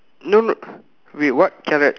no no wait what carrot